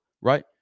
Right